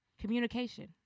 Communication